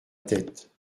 tête